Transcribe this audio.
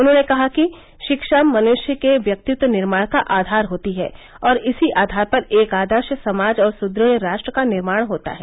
उन्होंने कहा कि शिक्षा मनुष्य के व्यक्तित्व निर्माण का आधार होती है और इसी आधार पर एक आदर्श समाज और सुदृढ़ राष्ट्र का निर्माण होता है